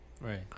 Right